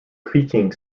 creaking